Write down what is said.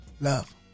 Love